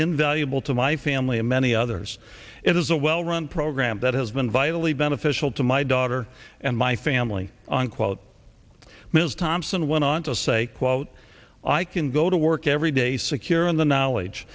invaluable to my family and many others it is a well run program that has been vitally beneficial to my daughter and my family unquote ms thompson went on to say quote i can go to work every day secure in the knowledge